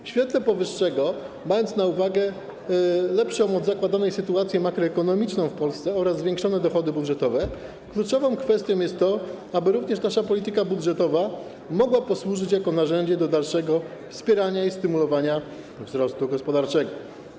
W świetle powyższego, mając na uwadze lepszą od zakładanej sytuację makroekonomiczną w Polsce oraz zwiększone dochody budżetowe, kluczową kwestią jest to, aby nasza polityka budżetowa mogła posłużyć również jako narzędzie do dalszego wspierania i stymulowania wzrostu gospodarczego.